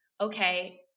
Okay